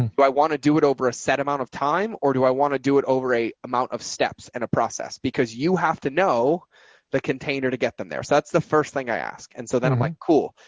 do i want to do it over a set amount of time or do i want to do it over a amount of steps and a process because you have to know the container to get them there. so that's the first thing i ask. and so then i'm like, cool,